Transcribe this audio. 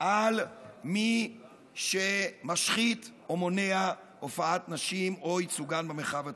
על מי שמשחית או מונע הופעת נשים או ייצוגן במרחב הציבורי.